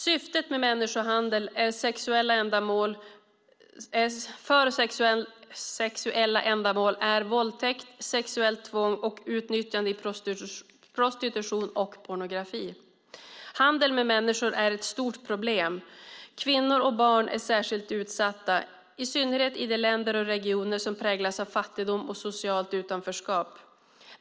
Syftet med människohandel för sexuella ändamål är våldtäkt, sexuellt tvång och utnyttjande i prostitution och pornografi. Handel med människor är ett stort problem. Kvinnor och barn är särskilt utsatta, i synnerhet i de länder och regioner som präglas av fattigdom och socialt utanförskap.